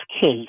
case